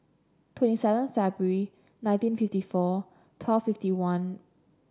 twenty seven February nineteen fifty four twelve fifty one